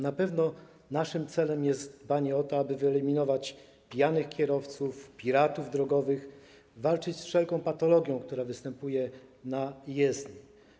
Na pewno naszym celem jest dbanie o to, aby wyeliminować pijanych kierowców, piratów drogowych, walczyć z wszelką patologią, która występuje na jezdni.